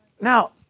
Now